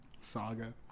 saga